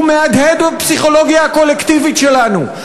הוא מהדהד בפסיכולוגיה הקולקטיבית שלנו.